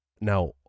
Now